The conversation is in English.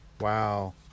wow